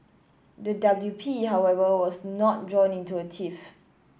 the W P However was not drawn into a tiff